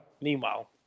Meanwhile